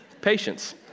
Patience